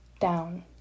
down